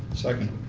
second.